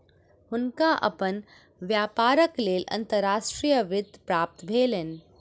हुनका अपन व्यापारक लेल अंतर्राष्ट्रीय वित्त प्राप्त भेलैन